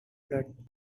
blood